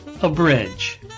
Abridge